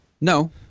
no